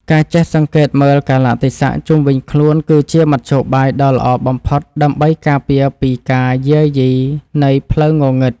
ការចេះសង្កេតមើលកាលៈទេសៈជុំវិញខ្លួនគឺជាមធ្យោបាយដ៏ល្អបំផុតដើម្បីការពារពីការយាយីនៃផ្លូវងងឹត។